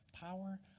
power